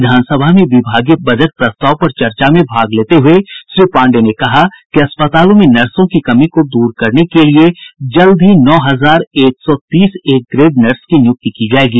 विधानसभा में विभागीय बजट प्रस्ताव पर चर्चा में भाग लेते हुए श्री पांडेय ने कहा कि अस्पतालों में नर्सों की कमी को दूर करने के लिए जल्द ही नौ हजार एक सौ तीस ए ग्रेड नर्स की नियुक्ति की जायेगी